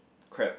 crab